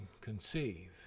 conceive